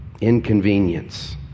inconvenience